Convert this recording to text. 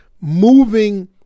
moving